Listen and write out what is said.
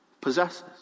possesses